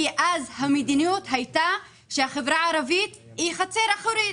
כי אז המדיניות הייתה שהחברה הערבית היא החצר האחורית,